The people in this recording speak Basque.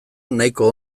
nahiko